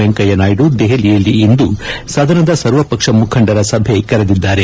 ವೆಂಕಯ್ಯನಾಯ್ಡು ದೆಹಲಿಯಲ್ಲಿ ಇಂದು ಸದನದ ಸರ್ವಪಕ್ಷ ಮುಖಂಡರ ಸಭೆ ಕರೆದಿದ್ದಾರೆ